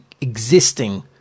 existing